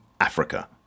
Africa